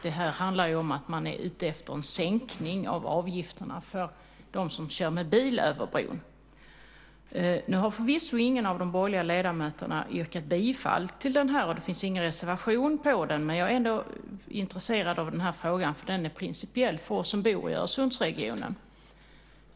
Det handlar om att man är ute efter en sänkning av avgifterna för dem som kör bil över bron. Nu har förvisso ingen av de borgerliga ledamöterna yrkat bifall till detta och det finns heller ingen reservation om det, men jag är ändå intresserad av frågan eftersom den är principiellt viktig för oss som bor i Öresundsregionen.